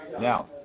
Now